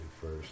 first